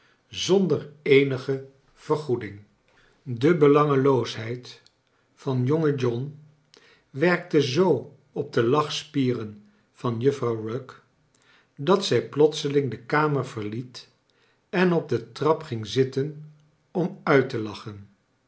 zonder eenige vergoeding de belangeloosheid van jonge john werkte zoo op de lachspieren van juffrouw rugg dat zij plotseling de kamer verliet en op den trap ging zitten om uit te lachen